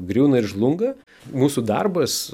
griūna ir žlunga mūsų darbas